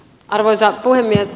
arvoisa puhemies